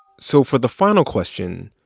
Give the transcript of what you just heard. so for the final question,